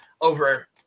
over